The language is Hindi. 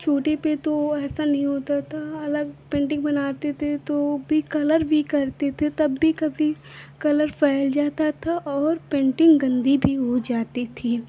छोटे थे तो ऐसा नहीं होता था अलग पेन्टिन्ग बनाते थे तो भी कलर भी करते थे तब भी कभी कलर फ़ैल जाता था और पेन्टिन्ग गन्दी भी हो जाती थी